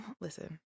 listen